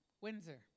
Windsor